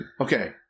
Okay